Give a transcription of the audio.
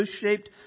shaped